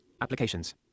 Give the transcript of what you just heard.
Applications